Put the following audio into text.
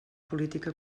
política